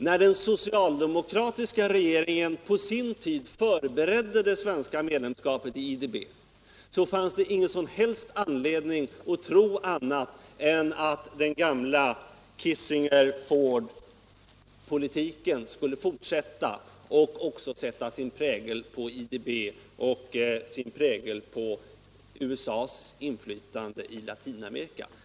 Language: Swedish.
När den socialdemokratiska regeringen på sin tid förberedde det svenska medlemskapet i IDB fanns det ingen som helst anledning att tro annat än att den gamla Kissinger-Fordpolitiken skulle fortsätta och också sätta sin prägel på IDB och på USA:s inflytande i Latinamerika.